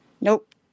nope